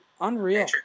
Unreal